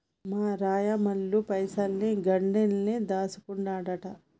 మా రాయమల్లు పైసలన్ని గండ్లనే దాస్కుంటండు